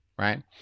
right